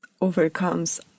overcomes